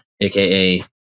aka